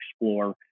explore